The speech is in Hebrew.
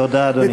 תודה, אדוני.